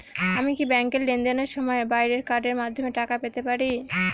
আমি কি ব্যাংকের লেনদেনের সময়ের বাইরেও কার্ডের মাধ্যমে টাকা পেতে পারি?